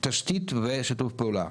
צריך תשתית ושיתוף פעולה.